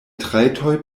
trajtoj